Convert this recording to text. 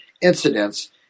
incidents